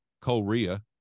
Korea